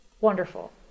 wonderful